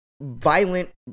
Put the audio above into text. violent